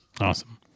Awesome